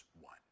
one